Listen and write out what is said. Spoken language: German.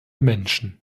menschen